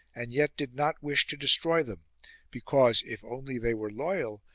and yet did not wish to destroy them because, if only they were loyal,